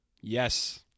Yes